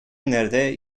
nerede